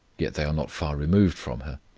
yet they are not far removed from her.